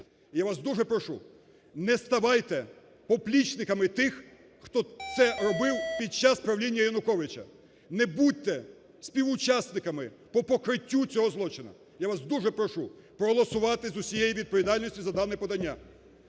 Я вас дуже прошу, не ставайте поплічниками тих, хто це робив під час правління Януковича. Не будьте співучасниками по покриттю цього злочину. Я вас дуже прошу проголосувати з усією відповідністю за дане подання.